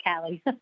Callie